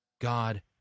God